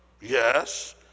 yes